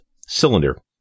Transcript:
cylinder